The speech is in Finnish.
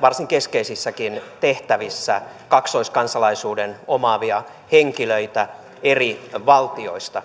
varsin keskeisissäkin tehtävissä kaksoiskansalaisuuden omaavia henkilöitä eri valtioista